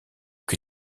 que